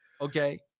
okay